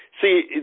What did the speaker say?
see